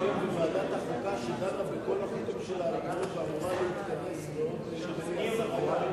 אין מתנגדים, אין נמנעים.